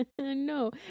No